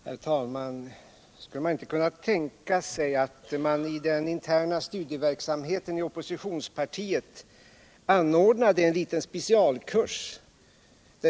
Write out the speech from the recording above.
Herr talman! Skulle man inte i den interna studieverksamheten inom det socialdemokratiska oppositionspartiet kunna tänka sig en liten specialkurs?